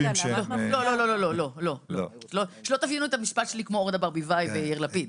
שלא תבינו את המשפט שלי כמו אורנה ברביבאי ויאיר לפיד,